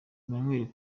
emmanuel